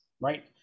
right